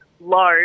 low